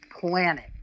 Planet